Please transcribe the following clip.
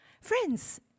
Friends